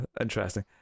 interesting